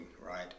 right